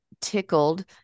tickled